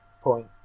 point